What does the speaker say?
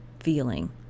feeling